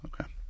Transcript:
Okay